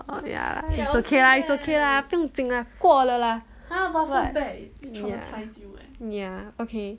oh ya lah it's okay lah it's okay lah 不用紧 lah 过了 lah ya ya okay